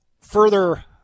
Further